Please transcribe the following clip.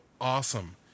awesome